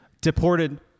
deported